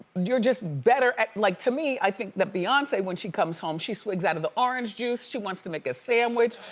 you're just better at like, to me, i think that beyonce, when she comes home, she swigs out of the orange juice, she wants to make a sandwich.